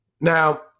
Now